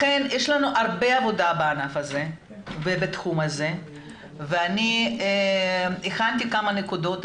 לכן יש לנו הרבה עבודה בענף הזה ובתחום הזה ואני הכנתי כמה נקודות.